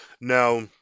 Now